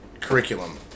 curriculum